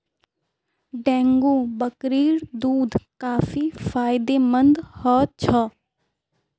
dengue बकरीर दूध काफी फायदेमंद ह छ